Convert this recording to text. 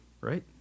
Right